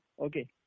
Okay